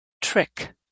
trick